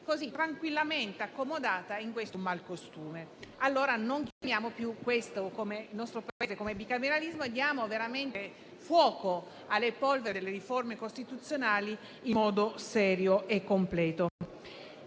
si è tranquillamente accomodata in questo malcostume. Allora, non parliamo più nel nostro Paese di bicameralismo e diamo veramente fuoco alle polveri delle riforme costituzionali in modo serio e completo.